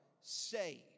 saved